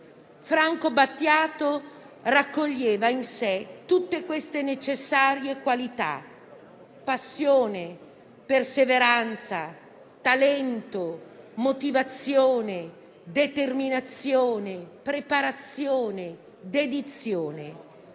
Franco Battiato raccoglieva in sé tutte queste necessarie qualità: passione, perseveranza, talento, motivazione, determinazione, preparazione e dedizione.